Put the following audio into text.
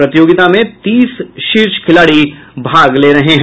प्रतियोगिता में तीस शीर्ष खिलाड़ी भाग ले रहे हैं